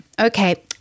Okay